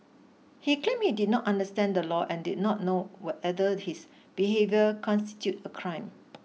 he claimed he did not understand the law and did not know whether his behaviour constituted a crime